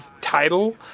title